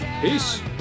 peace